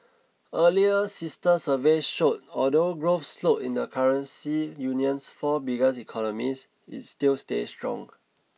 earlier sister surveys showed although growth slowed in the currency union's four biggest economies it still stayed strong